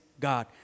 God